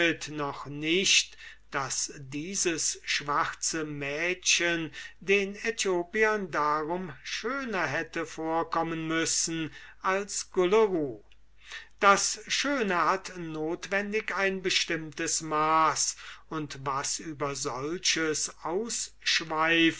noch nicht daß dieses schwarze mädchen den aethiopiern darum schöner hätte vorkommen müssen als gulleru das schöne hat notwendig ein bestimmtes maß und was über solches ausschweift